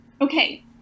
Okay